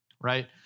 right